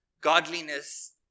Godliness